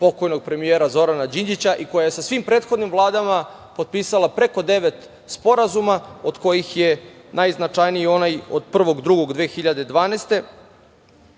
pokojnog premijera Zorana Đinđića i koja je sa svim prethodnim vladama potpisala preko devet sporazuma, od kojih je najznačajniji onaj od 1.